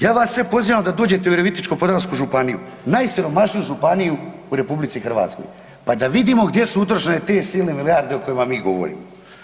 Ja vas sve pozivam da dođete u Virovitičko-podravsku županiju, najsiromašniju županiju u RH pa da vidimo gdje su utrošene te silne milijarde o kojima mi govorimo.